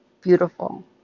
beautiful